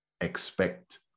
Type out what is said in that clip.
expect